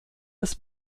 des